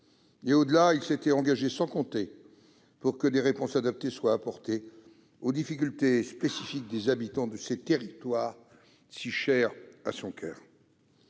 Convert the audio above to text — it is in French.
Au-delà, il s'était engagé sans compter pour que des réponses adaptées soient apportées aux difficultés spécifiques des habitants de ces territoires si chers à son coeur.